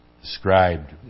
described